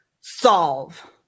solve